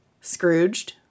Scrooged